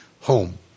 home